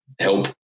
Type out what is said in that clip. help